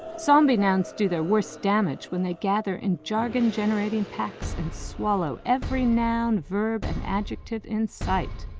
zombie nouns do their worst damage when they gather in jargon-generating packs and swallow every noun, verb and adjective in sight.